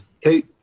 Hey